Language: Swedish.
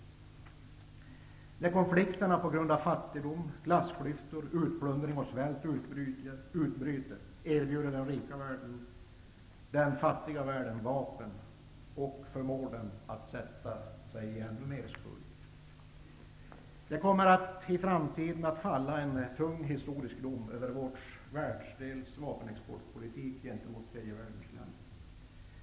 När konflikterna på grund av fattigdom, klassklyftor, utplundring och svält utbryter erbjuder den rika världen den fattiga världen vapen och förmår den att sätta sig ännu mer i skuld. Det kommer i framtiden att falla en tung historisk dom över vår världsdels vapenexportpolitik gentemot tredje världens länder.